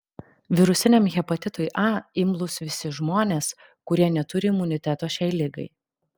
virusiniam hepatitui a imlūs visi žmonės kurie neturi imuniteto šiai ligai